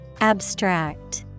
Abstract